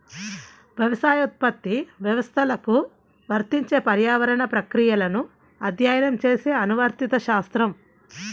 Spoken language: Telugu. వ్యవసాయోత్పత్తి వ్యవస్థలకు వర్తించే పర్యావరణ ప్రక్రియలను అధ్యయనం చేసే అనువర్తిత శాస్త్రం